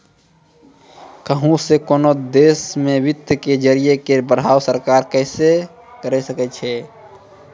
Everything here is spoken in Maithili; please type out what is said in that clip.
कहुं से कोनो देशो मे वित्त के जरिया के बढ़ावा सरकार सेहे करे सकै छै